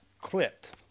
clipped